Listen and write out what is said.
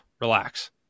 relax